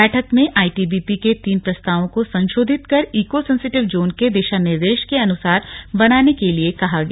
बैठक में आईटीबीपी के तीन प्रस्तावों को संशोधित कर इको सेंसिटिव जोन के दिशा निर्देश के अनुसार बनाने के लिए कहा गया